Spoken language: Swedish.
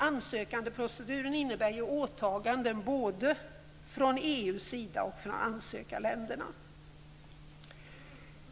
Ansökandeproceduren innebär ju åtaganden både från EU:s sida och från ansökarländerna.